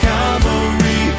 Calvary